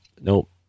nope